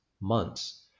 months